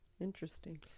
Interesting